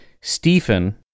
Stephen